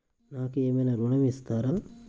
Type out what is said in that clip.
నాకు ఏమైనా ఋణం ఇస్తారా?